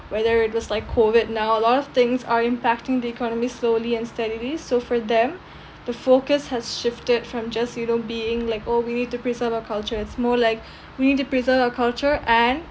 whether it was like COVID now a lot of things are impacting the economy slowly and steadily so for them the focus has shifted from just you know being like oh we need to preserve our culture it's more like we need to preserve our culture and